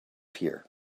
here